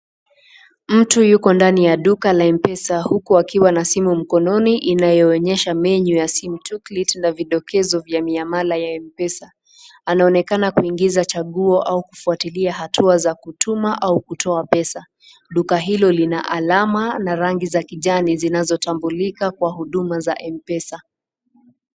Mtu yuko ndani ya duka la M-Pesa huku akiwa na simu mkononi inayoonyesha menu ya simu toolkit na vidokezo vya miamala ya M-Pesa, anaonekana kuingiza chaguo au kufuatilia hatua za kutuma au kutoa pesa. Duka hilo lina alama na rangi za kijani zinazotambulika kwa huduma za M-Pesa.